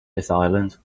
island